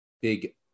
Big